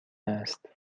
است